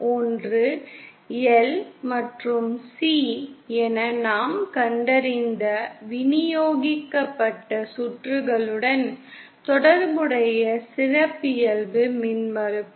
ஒன்று L மற்றும் C என நாம் கண்டறிந்த விநியோகிக்கப்பட்ட சுற்றுகளுடன் தொடர்புடைய சிறப்பியல்பு மின்மறுப்பு